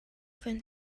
van